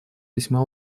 весьма